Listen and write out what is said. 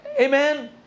Amen